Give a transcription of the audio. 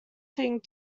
thing